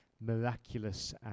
miraculous